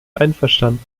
einverstanden